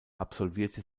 absolvierte